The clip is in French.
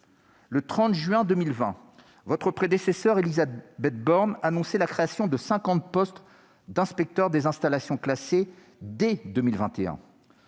Le 30 juin 2020, votre prédécesseur, Élisabeth Borne, annonçait la création de 50 postes d'inspecteurs des installations classées dès 2021.